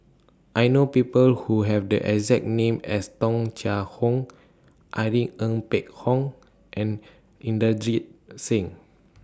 I know People Who Have The exact name as Tung Chye Hong Irene Ng Phek Hoong and Inderjit Singh